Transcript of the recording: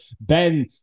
Ben